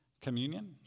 communion